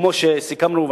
כמו שסיכמנו,